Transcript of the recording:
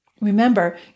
Remember